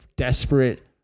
Desperate